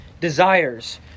desires